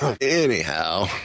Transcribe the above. anyhow